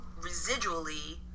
residually